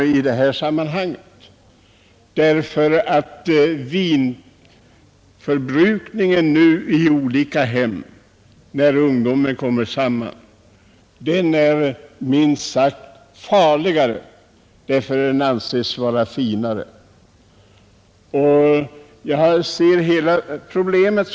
Ja, när ungdomen kommer tillsammans i hemmen är vindrickandet förmodligen ännu farligare, därför att det anses som finare. Så ser jag hela det problemet.